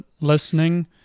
listening